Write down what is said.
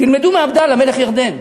תלמדו מעבדאללה מלך ירדן.